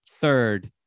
third